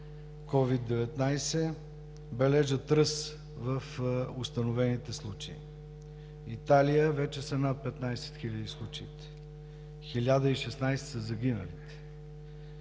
COVID-19, бележат ръст в установените случаи. В Италия вече са над 15 хиляди случаите – 1016 са загинали,